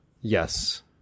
Yes